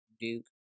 Duke